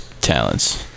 talents